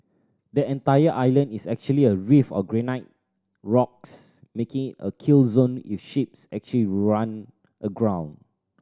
the entire island is actually a reef of granite rocks making a kill zone if ships actually run aground